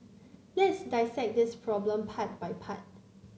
let's dissect this problem part by part